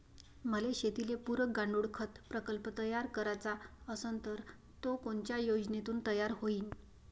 मले शेतीले पुरक गांडूळखत प्रकल्प तयार करायचा असन तर तो कोनच्या योजनेतून तयार होईन?